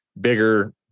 bigger